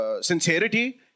sincerity